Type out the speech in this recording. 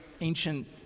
ancient